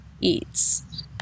eats